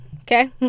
Okay